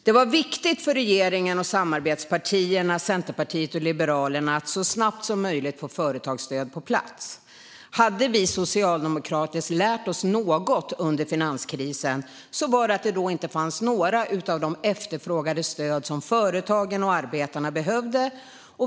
Det var viktigt för regeringen och samarbetspartierna Centerpartiet och Liberalerna att så snabbt som möjligt få företagsstöd på plats. Hade vi socialdemokrater lärt oss något under finanskrisen var det att det då inte fanns några av de efterfrågade stöd som företagen och arbetarna behövde.